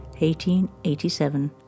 1887